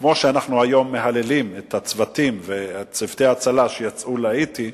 כמו שאנחנו היום מהללים את צוותי ההצלה שיצאו להאיטי,